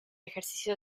ejercicio